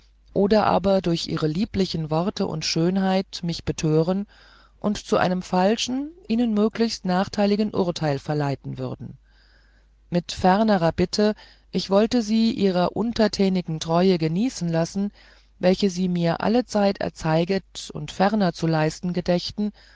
oder aber durch ihre liebliche worte und schönheit mich betören und zu einem falschen ihnen höchst nachteiligen urteil verleiten würden mit fernerer bitte ich wollte sie ihrer untertänigen treue genießen lassen welche sie mir allezeit erzeiget und ferner zu leisten gedächten